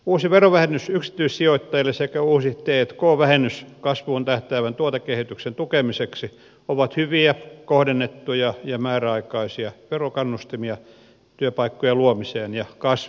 uusi verovähennys yksityissijoittajille sekä uusi t k vähennys kasvuun tähtäävän tuotekehityksen tukemiseksi ovat hyviä kohdennettuja ja määräaikaisia verokannustimia työpaikkojen luomiseen ja kasvun vahvistamiseen